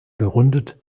gerundet